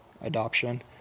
adoption